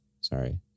Sorry